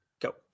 go